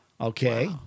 Okay